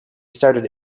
started